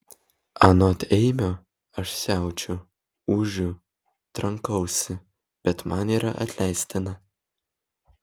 anot eimio aš siaučiu ūžiu trankausi bet man yra atleistina